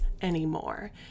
anymore